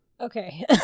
Okay